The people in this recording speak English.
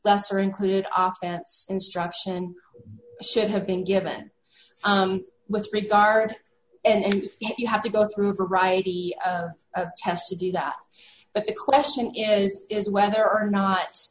lesser included offense instruction should have been given with regard and you have to go through a variety of tests to do that but the question is whether or not